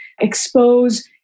expose